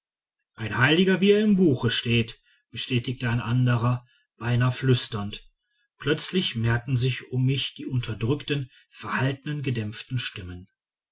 ein heiliger wie er im buch steht bestätigte ein anderer beinahe flüsternd plötzlich mehrten sich um mich die unterdrückten verhaltenen gedämpften stimmen